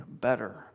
better